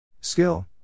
Skill